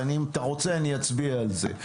ואם אתה רוצה אני אצביע על זה.